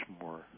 more